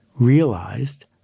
realized